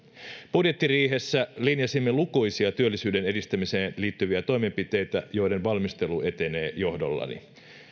budjettiriihessä linjasimme lukuisia työllisyyden edistämiseen liittyviä toimenpiteitä joiden valmistelu etenee johdollani